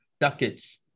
ducats